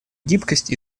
гибкость